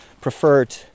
preferred